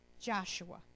Joshua